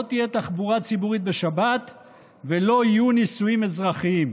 לא תהיה תחבורה ציבורית בשבת ולא יהיו נישואים אזרחיים.